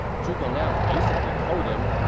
zhuge liang basically told him,